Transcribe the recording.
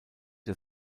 der